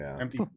Empty